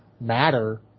matter